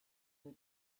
your